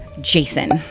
Jason